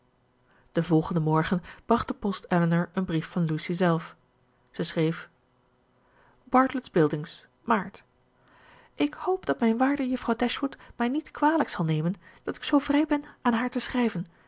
den volgenden morgen bracht de post elinor een brief van lucy zelf zij schreef bartlett's buildings maart ik hoop dat mijn waarde juffrouw dashwood mij niet kwalijk zal nemen dat ik zoo vrij ben aan haar te schrijven